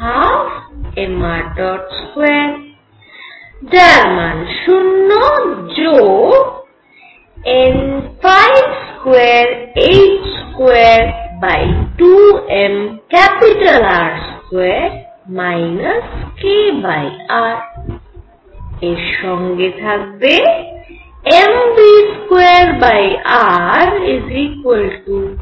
12mr2যার মান 0 যোগ n222mR2 kr এর সঙ্গে থাকবে mv2rkr2